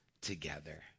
together